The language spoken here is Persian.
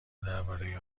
درباره